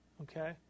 Okay